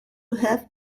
have